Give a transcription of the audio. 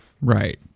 Right